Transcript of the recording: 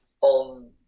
on